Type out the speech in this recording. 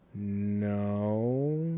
No